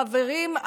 חברים,